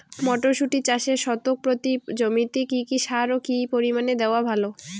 মটরশুটি চাষে শতক প্রতি জমিতে কী কী সার ও কী পরিমাণে দেওয়া ভালো?